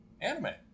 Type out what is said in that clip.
Anime